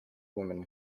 woman